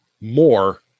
more